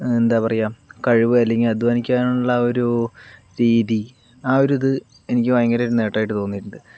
എന്താ പറയുക കഴിവ് അല്ലെങ്കിൽ അദ്ധ്വാനിക്കാനുള്ളൊരു രീതി ആ ഒരിത് എനിക്ക് ഭയങ്കരമൊരു നേട്ടമായിട്ട് തോന്നിയിട്ടുണ്ട്